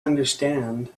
understand